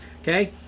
Okay